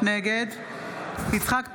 נגד יצחק פינדרוס,